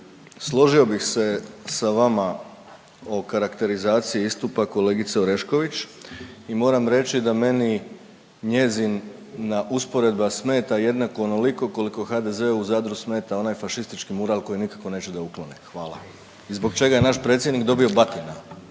složio bih se sa vama o karakterizaciji istupa kolegice Orešković i moram reći da meni njezina usporedba smeta jednako onoliko koliko HDZ-u u Zadru smeta onaj fašistički mural koji nikako neće da uklone, hvala. I zbog čega je naš predsjednik dobio batina,